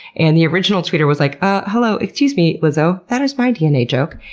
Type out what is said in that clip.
and the original tweeter was like, ah, hello, excuse me, lizzo, that is my dna joke.